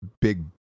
big